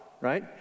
Right